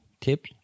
tip